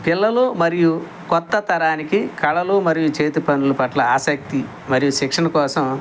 పిల్లలు మరియు కొత్త తరానికి కళలు మరియు చేతి పనులు పట్ల ఆసక్తి మరియు శిక్షణ కోసం